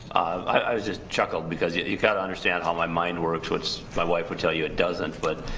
i just chuckled because yeah you've got to understand how my mind works, which my wife would tell you it doesn't, but